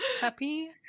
Happy